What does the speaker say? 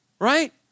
Right